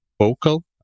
vocal